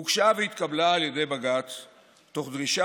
הוגשה והתקבלה על ידי בג"ץ תוך דרישה